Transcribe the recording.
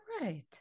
right